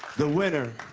the winner